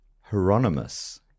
Hieronymus